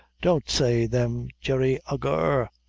don't say them, jerry ahagur,